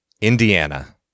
indiana